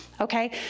Okay